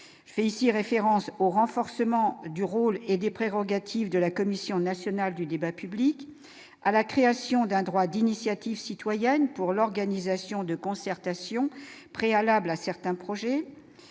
fait ici référence au renforcement du rôle et des prérogatives de la Commission nationale du débat public à la création d'un droit d'initiative citoyenne pour l'organisation de concertation préalable à certains projets